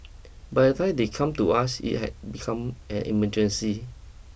by the time they come to us it had become an emergency